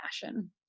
fashion